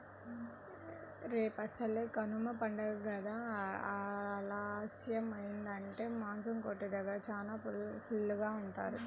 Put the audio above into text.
రేపసలే కనమ పండగ కదా ఆలస్యమయ్యిందంటే మాసం కొట్టు దగ్గర జనాలు ఫుల్లుగా ఉంటారు